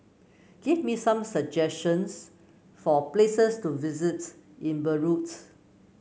give me some suggestions for places to visit in Beirut